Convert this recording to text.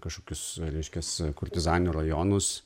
kažkokius reiškias kurtizanių rajonus